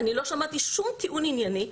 אני לא שמעתי שום טיעון ענייני.